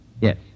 Yes